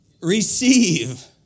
receive